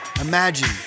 Imagine